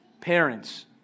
parents